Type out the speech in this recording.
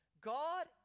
God